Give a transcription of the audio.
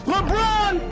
LeBron